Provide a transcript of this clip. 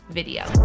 video